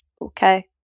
Okay